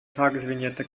tagesvignette